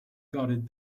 guarded